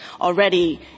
already